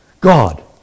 God